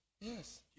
yes